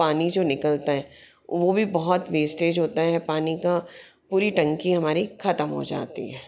पानी जो निकलता है वो भी बहुत वेस्टेज होता हैं पानी का पूरी टंकी हमारी ख़तम हो जाती है